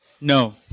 No